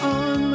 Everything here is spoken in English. on